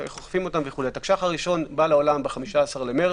התקש"ח הראשון בא לעולם ב-15 במרץ.